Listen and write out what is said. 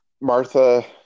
Martha